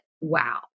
Wow